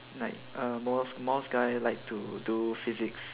like err most most guy like to do physics